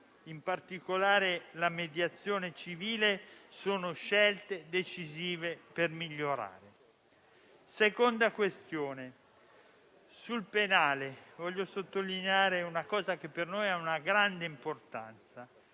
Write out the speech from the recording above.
in particolare la mediazione civile, sono scelte decisive per migliorare. La seconda questione riguarda il penale. Voglio sottolineare una cosa che per noi ha una grande importanza: